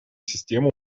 систему